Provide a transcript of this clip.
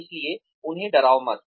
इसलिए उन्हें डराओ मत